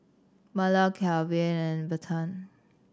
Myrle Calvin and Bethann